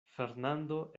fernando